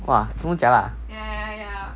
!wah! 这么 jialat ah